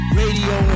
radio